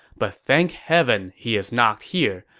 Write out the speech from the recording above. but thank heaven he is not here,